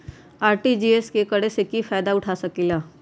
RTGS करे से की फायदा उठा सकीला?